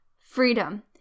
freedom